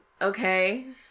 okay